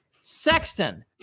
Sexton